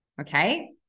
Okay